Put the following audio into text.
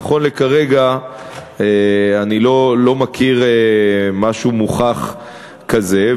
נכון לכרגע אני לא מכיר משהו מוכח כזה,